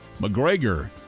McGregor